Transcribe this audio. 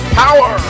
power